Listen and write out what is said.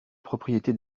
propriété